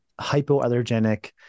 hypoallergenic